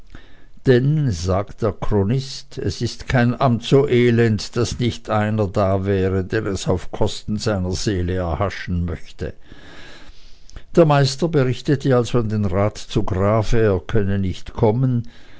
denn sagt der chronist es ist kein amt so elend daß nicht einer da wäre der es auf kosten seiner seele erhaschen möchte der meister berichtete also an den rat zu grave er könne nicht kommen